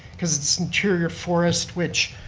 cause it's interior forest, which